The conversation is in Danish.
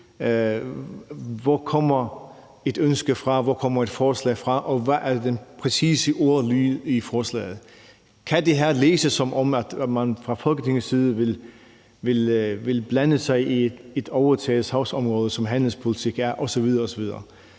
hvor et ønske kommer fra, hvor et forslag kommer fra, hvad den præcise ordlyd i forslaget er, og om det her kan læses, som at man fra Folketingets side vil blande sig i et overtaget sagsområde, som handelspolitikken er osv. osv.